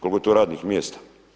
Koliko je to radnih mjesta?